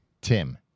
Tim